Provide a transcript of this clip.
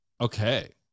Okay